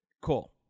Cool